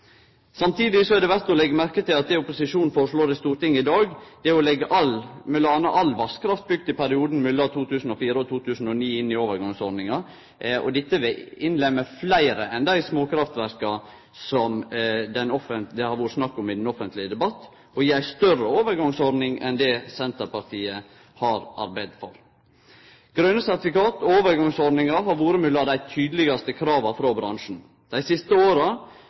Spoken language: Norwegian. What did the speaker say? Samtidig er det verdt å leggje merke til at det opposisjonen foreslår i Stortinget i dag, er å leggje alle vasskraftverk bygde i perioden 2004–2009 inn i overgangsordninga. Dette vil innlemme fleire enn dei småkraftverka som det har vore snakk om i den offentlege debatten, og gje ei større overgangsordning enn det Senterpartiet har arbeidd for. Grøne sertifikat og overgangsordningar har vore mellom dei tydelegaste krava frå bransjen dei siste åra.